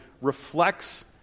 reflects